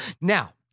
Now